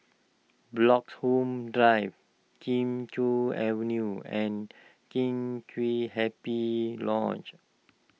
Bloxhome Drive Kee Choe Avenue and Kheng Chiu Happy Lodge